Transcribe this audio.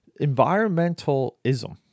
Environmentalism